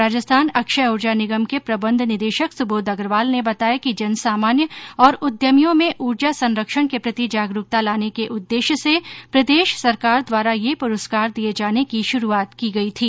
राजस्थान अक्षय ऊर्जा निगम के प्रबन्ध निदेशक सुबोध अग्रवाल ने बताया कि जन सामान्य और उद्यमियों में ऊर्जा संरक्षण के प्रति जागरूकता लाने के उद्देश्य से प्रदेश सरकार द्वारा ये पुरस्कार दिये जाने की शुरूआत की गई थी